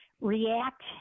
react